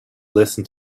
listen